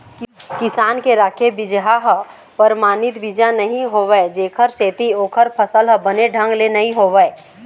किसान के राखे बिजहा ह परमानित बीजा नइ होवय जेखर सेती ओखर फसल ह बने ढंग ले नइ होवय